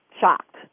shocked